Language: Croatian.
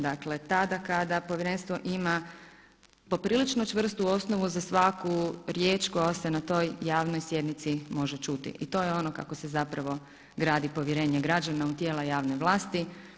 Dakle, tada kada povjerenstvo ima poprilično čvrstu osnovu za svaku riječ koja se na toj javnoj sjednici može čuti i to je ono kako se zapravo gradi povjerenje građana u tijela javne vlasti.